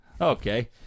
okay